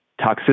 toxicity